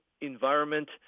environment